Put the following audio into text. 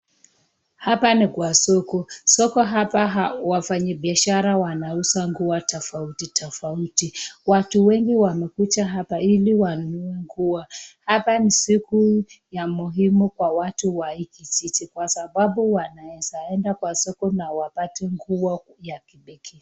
Haoa ni soko, soko hapa wafanyi biashara wanauza nguo tofauti tofauti, wanunuzi wengi wamekuja hapa ili wanunue nguo. Hapa ni soku muhimu kwa watu wa hiki kijiji kwa sababu wanaeza enda kwa soko na wapate nguo ya kipekee.